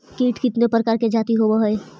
कीट कीतने प्रकार के जाती होबहय?